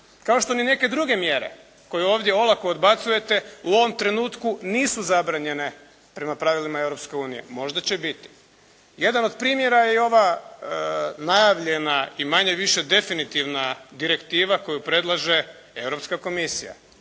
kao što ni neke druge mjere koje ovdje olako odbacujete u ovom trenutku nisu zabranjene prema pravilima Europske unije. Možda će biti. Jedan od primjera je i ova najavljena i manje-više definitivna direktiva koju predlaže